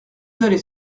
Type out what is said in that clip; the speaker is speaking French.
allez